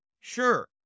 Sure